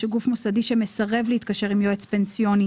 ש"גוף מוסדי שמסרב להתקשר עם יועץ פנסיוני